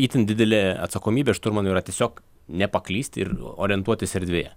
itin didelė atsakomybė šturmanui yra tiesiog nepaklysti ir orientuotis erdvėje